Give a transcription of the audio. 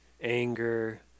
anger